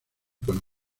con